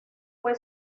fue